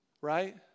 right